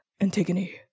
Antigone